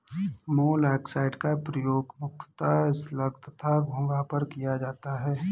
मोलॉक्साइड्स का प्रयोग मुख्यतः स्लग तथा घोंघा पर किया जाता है